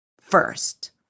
First